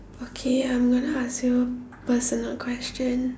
okay I'm gonna ask you personal question